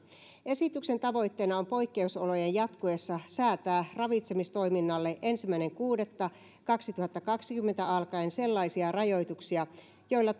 esityksen tavoitteena on poikkeusolojen jatkuessa säätää ravitsemistoiminnalle ensimmäinen kuudetta kaksituhattakaksikymmentä alkaen sellaisia rajoituksia joilla